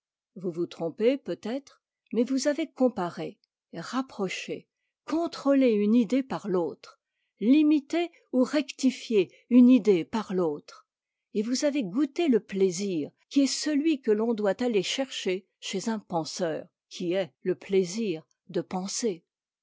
vous vous trompez peut-être mais vous avez comparé rapproché contrôlé une idée par l'autre limité ou rectifié une idée par l'autre et vous avez goûté le plaisir qui est celui que l'on doit aller chercher chez un penseur qui est le plaisir de penser